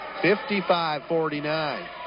55-49